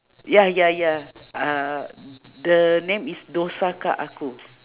ya ya ya uh the name is dosakah aku